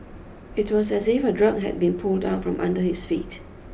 it was as if a drug had been pulled out from under his feet